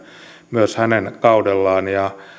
myös hänen kaudellaan ja